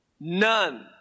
None